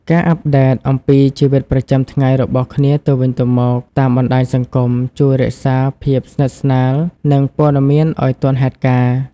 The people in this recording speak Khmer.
ការអាប់ដេតអំពីជីវិតប្រចាំថ្ងៃរបស់គ្នាទៅវិញទៅមកតាមបណ្តាញសង្គមជួយរក្សាភាពស្និទ្ធស្នាល និងព័ត៌មានឲ្យទាន់ហេតុការណ៍ ។